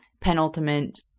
penultimate